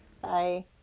Bye